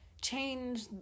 change